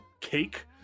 cake